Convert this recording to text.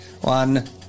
One